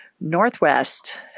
Northwest